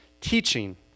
teaching